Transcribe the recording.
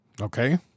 Okay